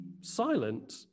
silent